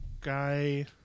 guy